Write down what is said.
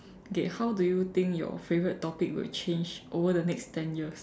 okay how do you think your favourite topic will change over the next ten years